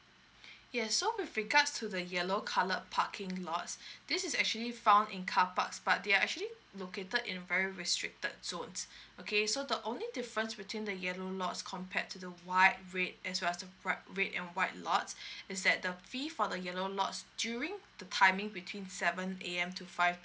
yes so with regards to the yellow colour parking lots this is actually found in carparks but they are actually located in very restricted zones okay so the only difference between the yellow lots compared to the white red as well the bright red and white lots is that the fee for the yellow lots during the timing between seven A_M to five